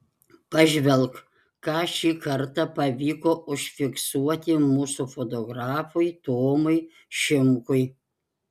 pažvelk ką šį kartą pavyko užfiksuoti mūsų fotografui tomui šimkui